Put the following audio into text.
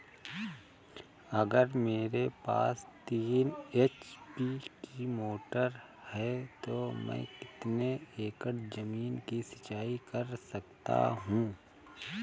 अगर मेरे पास तीन एच.पी की मोटर है तो मैं कितने एकड़ ज़मीन की सिंचाई कर सकता हूँ?